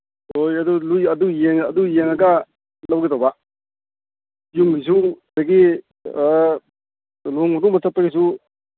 ꯍꯣꯏ ꯑꯗꯨ ꯑꯗꯨ ꯑꯗꯨ ꯌꯦꯡꯉꯒ ꯂꯧꯒꯦ ꯇꯧꯕ ꯌꯨꯝꯒꯤꯁꯨ ꯑꯗꯒꯤ ꯂꯨꯍꯣꯡ ꯈꯣꯡꯗꯣꯡꯕ ꯆꯠꯄꯒꯤꯁꯨ